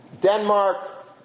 Denmark